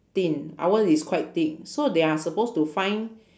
thin ours is quite thick so they are suppose to find